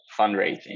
fundraising